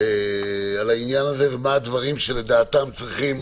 על העניין הזה, ומה הדברים שלדעתם צריכים